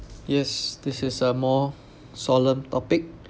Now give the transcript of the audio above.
yes this is a more solemn topic